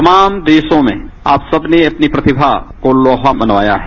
तमाम देशों में आप सबने अपनी प्रतिभा को लोहा मनवाया है